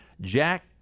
Jack